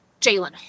Jalen